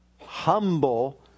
humble